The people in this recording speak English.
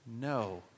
no